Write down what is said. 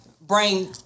bring